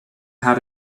how